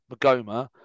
Magoma